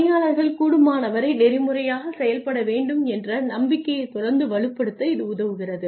பணியாளர்கள் கூடுமானவரை நெறிமுறையாகச் செயல்பட வேண்டும் என்ற நம்பிக்கையைத் தொடர்ந்து வலுப்படுத்த இது உதவுகிறது